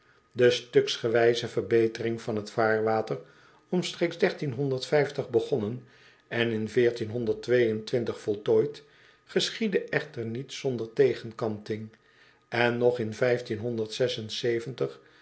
de stuksgewijze verbetering van het vaarwater omstreeks begonnen en in voltooid geschiedde echter niet zonder tegenkanting en nog in